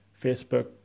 Facebook